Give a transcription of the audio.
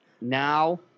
now